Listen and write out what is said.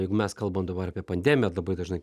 jeigu mes kalbam dabar apie pandemiją labai dažnai